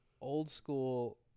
old-school